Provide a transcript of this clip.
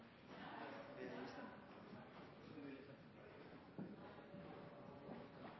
ble en